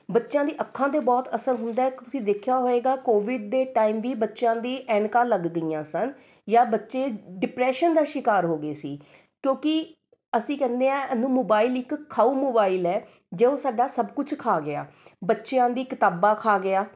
ਬੱਚਿਆਂ ਦੀ ਅੱਖਾਂ 'ਤੇ ਬਹੁਤ ਅਸਰ ਹੁੰਦਾ ਏ ਤੁਸੀਂ ਦੇਖਿਆ ਹੋਏਗਾ ਕੋਵਿਡ ਦੇ ਟਾਈਮ ਵੀ ਬੱਚਿਆਂ ਦੀ ਐਨਕਾਂ ਲੱਗ ਗਈਆਂ ਸਨ ਜਾਂ ਬੱਚੇ ਡਿਪਰੈਸ਼ਨ ਦਾ ਸ਼ਿਕਾਰ ਹੋ ਗਏ ਸੀ ਕਿਉਂਕਿ ਅਸੀਂ ਕਹਿੰਦੇ ਹਾਂ ਇਹਨੂੰ ਮੋਬਾਇਲ ਇੱਕ ਖਾਉ ਮੋਬਾਇਲ ਹੈ ਜੋ ਸਾਡਾ ਸਭ ਕੁਝ ਖਾ ਗਿਆ ਬੱਚਿਆਂ ਦੀ ਕਿਤਾਬਾਂ ਖਾ ਗਿਆ